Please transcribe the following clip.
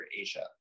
asia